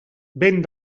vent